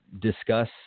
discuss